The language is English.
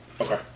Okay